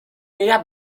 nella